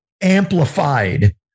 Amplified